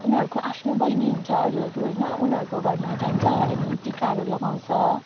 उनीहरूको आफ्नो बहिनी हुन्छ अरूहरू होइन उनीहरूको घरमा जान्छ अनि टिकाहरू लगाउँछ